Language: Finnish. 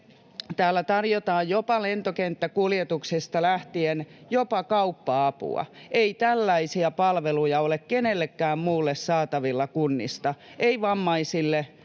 täällä tarjotaan palveluja jopa lentokenttäkuljetuksista lähtien, ja jopa kauppa-apua. Ei tällaisia palveluja ole kenellekään muulle saatavilla kunnista — ei vammaisille,